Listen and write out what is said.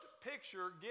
picture